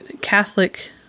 Catholic